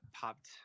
popped